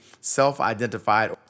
self-identified